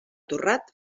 torrat